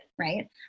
right